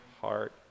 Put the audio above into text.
heart